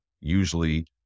usually